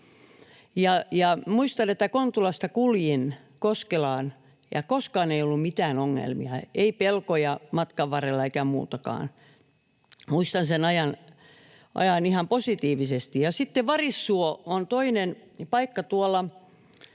muistan, että Kontulasta kuljin Koskelaan ja koskaan ei ollut mitään ongelmia, ei pelkoja matkan varrella eikä muutakaan. Muistan sen ajan ihan positiivisesti. Ja sitten Varissuo on toinen paikka Turussa,